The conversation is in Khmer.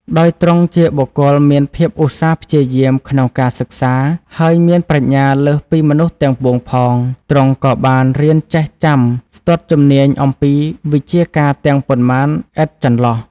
ដោយទ្រង់ជាបុគ្គលមានភាពឧស្សាហ៍ព្យាយាមក្នុងការសិក្សា ហើយមានប្រាជ្ញាលើសពីមនុស្សទាំងពួងផង ទ្រង់ក៏បានរៀនចេះចាំស្ទាត់ជំនាញអំពីវិជ្ជាការទាំងប៉ុន្មានឥតចន្លោះ។